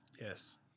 Yes